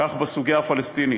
כך בסוגיה הפלסטינית,